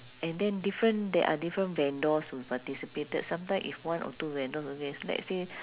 and then different there are different vendors who participated sometime if one or two vendors okay let's say